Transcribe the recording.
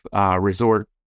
resort